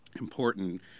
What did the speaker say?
important